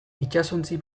itsasontzi